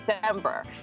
December